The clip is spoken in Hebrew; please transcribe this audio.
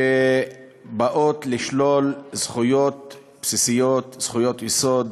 שבאות לשלול זכויות בסיסיות, זכויות יסוד,